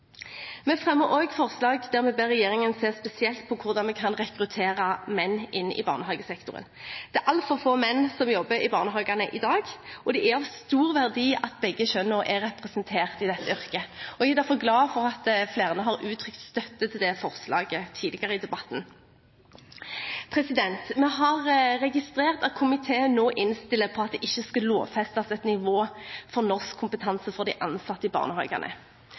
Vi fremmer også forslag hvor vi ber regjeringen se spesielt på hvordan vi kan rekruttere menn til barnehagesektoren. Det er altfor få menn som jobber i barnehagene i dag, og det er av stor verdi at begge kjønn er representert i dette yrket. Jeg er derfor glad for at flere har uttrykt støtte til det forslaget tidligere i debatten. Vi har registrert at komiteen nå innstiller på at det ikke skal lovfestes et nivå for norskkompetanse for de ansatte i barnehagene.